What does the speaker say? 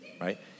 Right